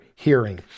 hearing